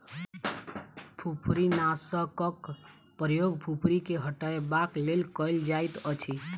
फुफरीनाशकक प्रयोग फुफरी के हटयबाक लेल कयल जाइतअछि